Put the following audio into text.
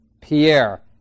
Pierre